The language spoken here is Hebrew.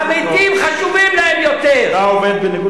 "המתים חשובים יותר".